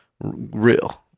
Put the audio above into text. real